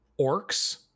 Orcs